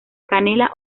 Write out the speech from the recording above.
canela